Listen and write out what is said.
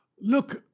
Look